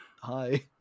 hi